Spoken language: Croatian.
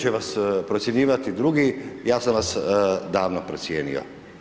će vas procjenjivati drugi, ja sam vas davno procijenio.